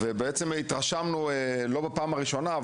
ובעצם התרשמנו ולא בפעם הראשונה,